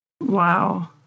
Wow